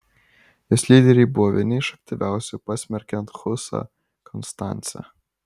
jos lyderiai buvo vieni iš aktyviausių pasmerkiant husą konstance